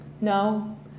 No